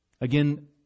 Again